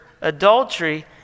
adultery